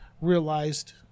realized